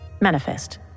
manifest